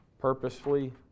purposefully